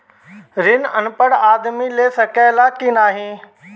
ऋण अनपढ़ आदमी ले सके ला की नाहीं?